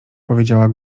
powiedziała